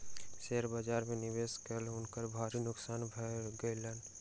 share बाजार में निवेश कय हुनका भारी नोकसान भ गेलैन